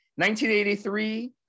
1983